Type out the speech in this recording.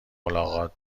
ملاقات